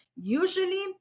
Usually